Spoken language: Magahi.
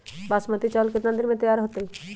बासमती चावल केतना दिन में तयार होई?